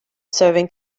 serving